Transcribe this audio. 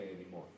anymore